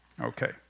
Okay